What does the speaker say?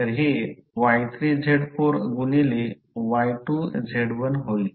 तर हे Y3Z4 गुणिले Z2Y1 होईल